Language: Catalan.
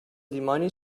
dimoni